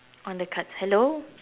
on the cards hello